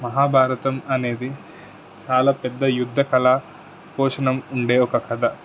మహాభారతం అనేది చాలా పెద్ద యుద్ధ కళ పోషణం ఉండే ఒక కథ